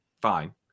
fine